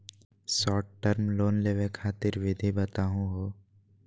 Short term loan लेवे खातीर विधि बताहु हो?